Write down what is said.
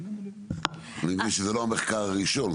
אני מבין שזה לא המחקר הראשון,